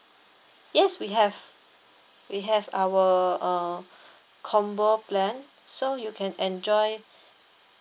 yes we have we have our uh combo plan so you can enjoy